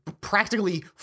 practically